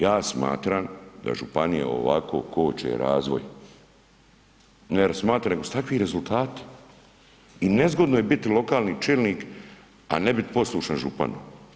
Ja smatram da županije u ovako koče razvoj ne jer smatraju da su takvi rezultati i nezgodno je biti lokalni čelnik, a ne biti poslušan župan.